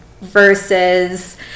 versus